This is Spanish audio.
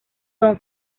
don